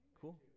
cool